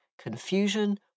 confusion